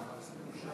רבותי,